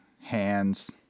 hands